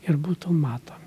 ir būtų matomi